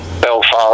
Belfast